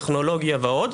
טכנולוגיה ועוד,